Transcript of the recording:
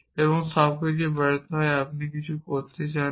এবং সবকিছু ব্যর্থ হয় আপনি কিছুই করতে চান না